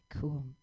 Cool